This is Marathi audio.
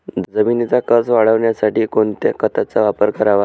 जमिनीचा कसं वाढवण्यासाठी कोणत्या खताचा वापर करावा?